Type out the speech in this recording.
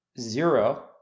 zero